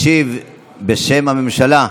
ישיב בשם הממשלה,